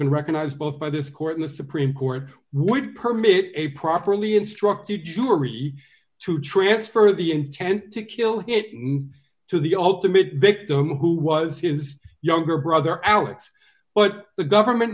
been recognized both by this court in the supreme court would permit a properly instructed jury to transfer the intent to kill it to the ultimate victim who was his younger brother alex but the government